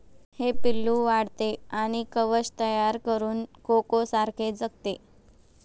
हे पिल्लू वाढते आणि कवच तयार करून कोकोसारखे जगते